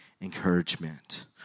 encouragement